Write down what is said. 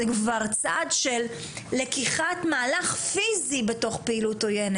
זה כבר לקיחת מהלך פיזי בתוך ארגון טרור.